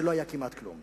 כשלא היה כמעט כלום.